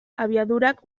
abiadurak